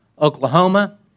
Oklahoma